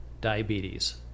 diabetes